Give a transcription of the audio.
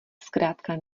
zkrátka